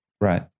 right